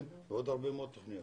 ועוד הרבה מאוד תוכניות.